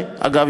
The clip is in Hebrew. אגב,